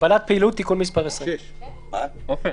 הגבלת פעילות, תיקון מס' 20. מי בעד?